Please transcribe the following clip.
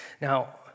Now